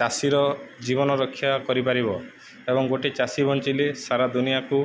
ଚାଷୀର ଜୀବନ ରକ୍ଷା କରିପାରିବ ଏବଂ ଗୋଟେ ଚାଷୀ ବଞ୍ଚିଲେ ସାରା ଦୁନିଆକୁ